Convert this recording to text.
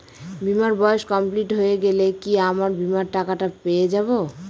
বীমার বয়স কমপ্লিট হয়ে গেলে কি আমার বীমার টাকা টা পেয়ে যাবো?